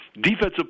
Defensive